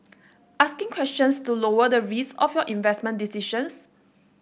asking questions to lower the risk of your investment decisions